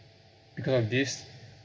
because of this